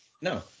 No